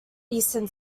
eastern